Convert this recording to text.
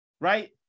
right